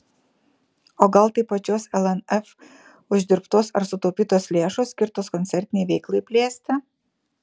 o gal tai pačios lnf uždirbtos ar sutaupytos lėšos skirtos koncertinei veiklai plėsti